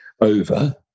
over